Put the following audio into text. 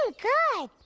ah good.